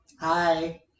Hi